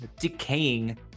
decaying